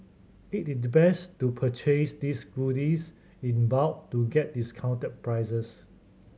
it is best to purchase these goodies in bulk to get discounted prices